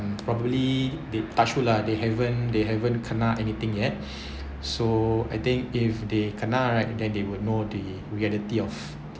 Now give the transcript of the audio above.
mm probably touch wood lah they haven't they haven't kena anything yet so I think if they kena right then they will know the reality of